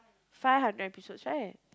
five hundred episodes right